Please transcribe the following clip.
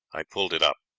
i pulled it up.